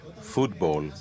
football